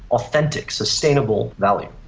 authentic, sustainable value,